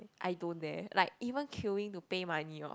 I don't dare like even queueing to pay money hor